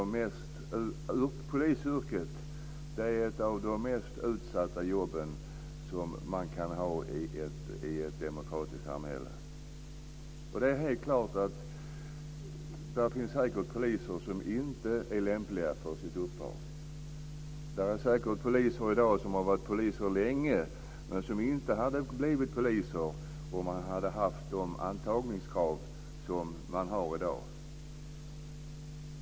Polisyrket är ett av de mest utsatta jobb som man kan ha i ett demokratiskt samhälle. Det finns säkert poliser som inte är lämpliga för sitt uppdrag. Det finns säkert poliser som har varit poliser länge men som inte skulle ha blivit poliser om man tidigare hade haft de antagningskrav som man har i dag.